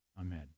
amen